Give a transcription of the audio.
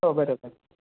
हो बरोबर